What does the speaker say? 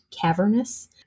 cavernous